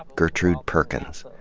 gertrude perkins.